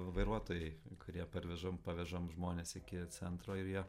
vairuotojai kurie parvežam pavežam žmones iki centro ir jie